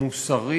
מוסרי